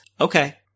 Okay